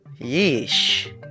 Yeesh